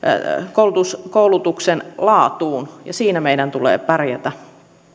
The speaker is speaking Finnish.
koulutuksen koulutuksen laatuun ja siinä meidän tulee pärjätä